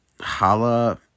Hala